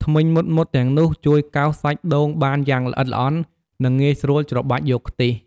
ធ្មេញមុតៗទាំងនោះជួយកោសសាច់ដូងបានយ៉ាងល្អិតល្អន់ និងងាយស្រួលច្របាច់យកខ្ទិះ។